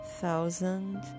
thousand